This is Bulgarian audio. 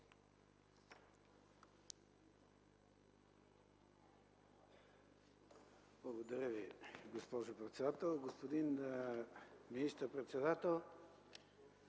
Благодаря Ви, госпожо председател. Господин министър-председател,